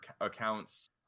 accounts